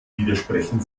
widersprechen